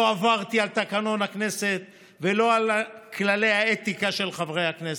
לא עברתי על תקנון הכנסת ולא על כללי האתיקה של חברי הכנסת.